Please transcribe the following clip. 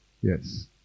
Yes